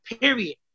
period